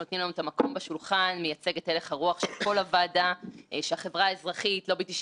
שנים שבה נחקרה התנהלות המערכת הפיננסית וזרמי העומק שמניעים את הכלכלה